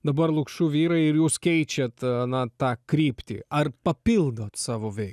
dabar lukšų vyrai ir jūs keičiat na tą kryptį ar papildot savo veik